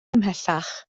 ymhellach